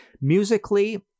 Musically